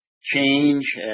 change